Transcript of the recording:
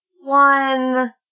one